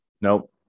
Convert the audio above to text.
Nope